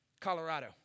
Colorado